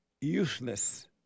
useless